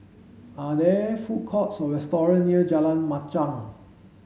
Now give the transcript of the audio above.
are there food courts or restaurants near Jalan Machang